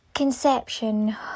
Conception